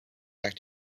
back